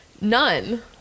None